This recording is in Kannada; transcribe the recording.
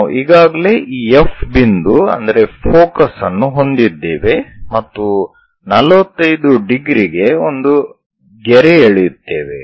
ನಾವು ಈಗಾಗಲೇ ಈ F ಬಿಂದು ಅಂದರೆ ಫೋಕಸ್ ಅನ್ನು ಹೊಂದಿದ್ದೇವೆ ಮತ್ತು 45 ° ಗೆ ಒಂದು ಗೆರೆ ಎಳೆಯುತ್ತೇವೆ